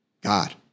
God